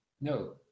no